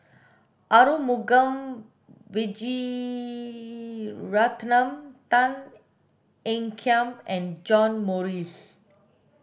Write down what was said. Arumugam Vijiaratnam Tan Ean Kiam and John Morrice